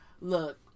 look